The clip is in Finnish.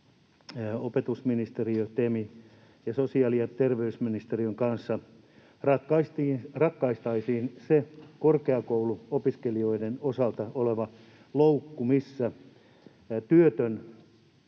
opetusministeriön, TEMin ja sosiaali‑ ja terveysministeriön kanssa ratkaistaisiin se korkeakouluopiskelijoiden osalta oleva loukku, missä työtön